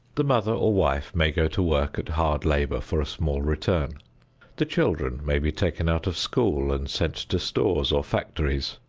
the mother or wife may go to work at hard labor for a small return the children may be taken out of school and sent to stores or factories,